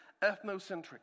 ethnocentric